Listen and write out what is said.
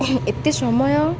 ଏତେ ସମୟ